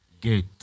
gate